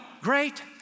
Great